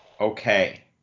Okay